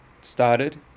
started